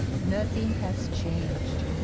nothing has changed.